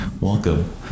Welcome